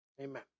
Amen